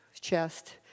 chest